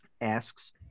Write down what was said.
asks